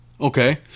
Okay